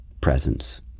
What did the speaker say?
presence